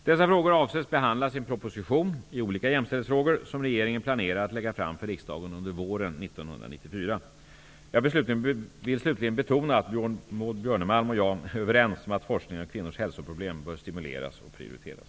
Dessa frågor avses behandlas i en proposition om olika jämställdhetsfrågor, som regeringen planerar att lägga fram för riksdagen under våren 1994. Jag vill slutligen betona att Maud Björnemalm och jag är överens om att forskningen om kvinnors hälsoproblem bör stimuleras och prioriteras.